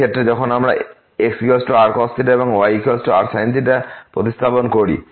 এই ক্ষেত্রে যখন আমরা xrcos yrsin প্রতিস্থাপন করি